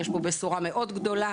יש פה בשורה מאוד גדולה.